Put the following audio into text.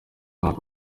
mwaka